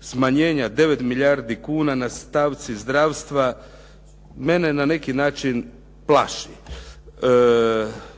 smanjenja 9 milijardi kuna na stavci zdravstva mene na neki način plaši,